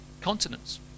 continents